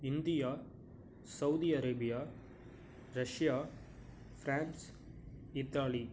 India Saudi Arabia Russia France Italy